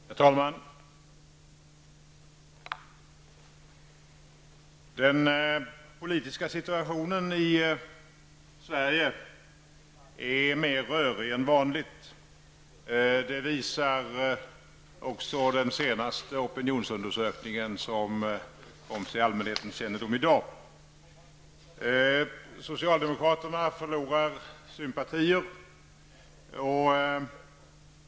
Herr talman! Den politiska situationen i Sverige är mer rörig än vanligt. Det visar också den senaste opinionsundersökningen, vilken kom till allmänhetens kännedom i dag. Socialdemokraterna förlorar sympatier.